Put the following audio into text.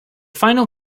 final